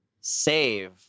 save